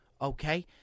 okay